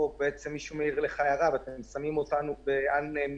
פה מישהו מעיר לך הערה, ואתם שמים אותנו ב-mute.